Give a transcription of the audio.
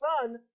Son